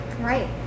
Right